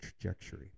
trajectory